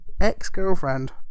ex-girlfriend